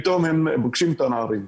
פתאום הם פגשו את הנערים.